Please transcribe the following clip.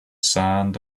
sand